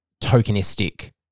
tokenistic